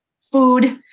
food